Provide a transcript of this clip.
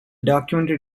documentary